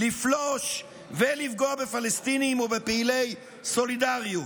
לפלוש ולפגוע בפלסטינים ובפעילי סולידריות,